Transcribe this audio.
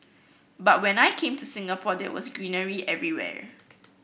but when I came to Singapore there was greenery everywhere